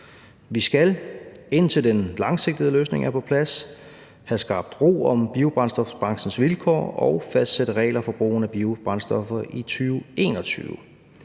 Vi skal, indtil den langsigtede løsning er på plads, have skabt ro om biobrændstofbranchens vilkår og fastsætte regler for brugen af biobrændstoffer i 2021.